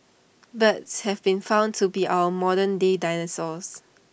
birds have been found to be our modern day dinosaurs